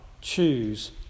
choose